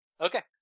Okay